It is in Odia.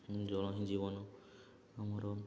ଜଣ ହିଁ ଜୀବନ ଆମର